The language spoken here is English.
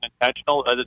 intentional